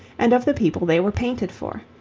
and of the people they were painted for.